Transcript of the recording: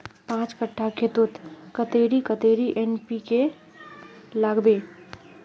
पाँच कट्ठा खेतोत कतेरी कतेरी एन.पी.के के लागबे?